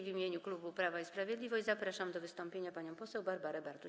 W imieniu klubu Prawo i Sprawiedliwość zapraszam do wystąpienia panią poseł Barbarę Bartuś.